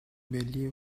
ملی